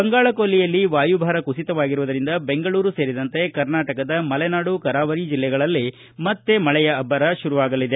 ಬಂಗಾಳಕೊಲ್ಲಿಯಲ್ಲಿ ವಾಯುಭಾರ ಕುಸಿತವಾಗಿರುವುದರಿಂದ ಬೆಂಗಳೂರು ಸೇರಿದಂತೆ ಕರ್ನಾಟಕದ ಮಲೆನಾಡು ಕರಾವಳಿ ಜಿಲ್ಲೆಗಳಲ್ಲಿ ಮತ್ತೆ ಮಳೆಯ ಅಬ್ಬರ ಶುರುವಾಗಲಿದೆ